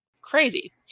crazy